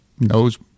knows